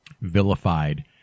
vilified